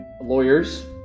lawyers